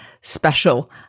special